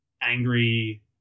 angry